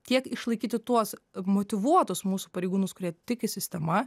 tiek išlaikyti tuos motyvuotus mūsų pareigūnus kurie tiki sistema